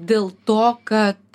dėl to kad